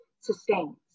sustains